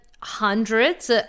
hundreds